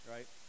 Right